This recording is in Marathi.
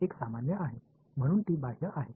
एक सामान्य आहे म्हणून ती बाह्य आहे